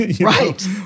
Right